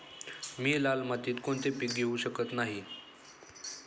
मी लाल मातीत कोणते पीक घेवू शकत नाही?